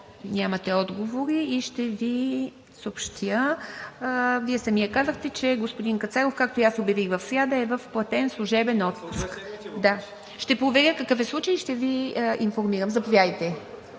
нямате отговори и ще Ви съобщя. Сам Вие казахте, че господин Кацаров, както и аз обявих в сряда, е в платен служебен отпуск. Ще проверя какъв е случаят и ще Ви информирам. Камерите